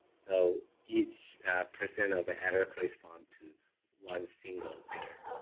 so each percent of error correspond to one single letter.